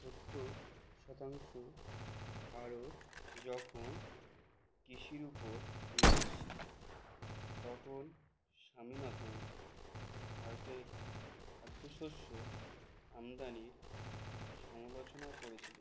সত্তর শতাংশ ভারত যখন কৃষির উপর নির্ভরশীল তখন স্বামীনাথন ভারতের খাদ্যশস্য আমদানির সমালোচনা করেছিলেন